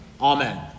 Amen